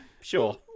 Sure